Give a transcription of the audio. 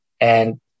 And-